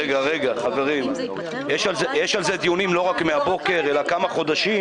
יש על זה דיונים לא רק מהבוקר אלא כבר כמה חודשים.